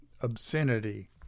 obscenity